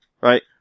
right